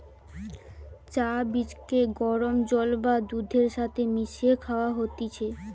চা বীজকে গরম জল বা দুধের সাথে মিশিয়ে খায়া হতিছে